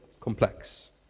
complex